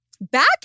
Back